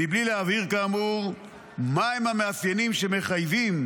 מבלי להבהיר כאמור מהם המאפיינים שמחייבים